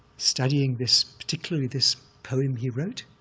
studying this, particularly this poem he wrote,